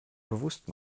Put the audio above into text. bewusst